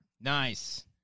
Nice